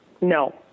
No